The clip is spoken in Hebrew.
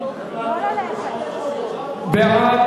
(אזורי רישום לנישואין של בני-זוג יהודים),